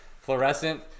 fluorescent